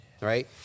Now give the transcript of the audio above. right